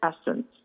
essence